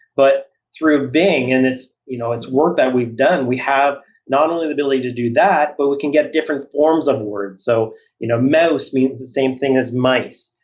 but through bing and it's you know it's work that we've done, we have not only the ability to do that, but we can get different forms of words. so you know mouse means the same thing as mice.